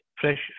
fresh